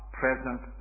present